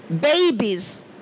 Babies